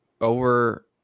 over